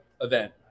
event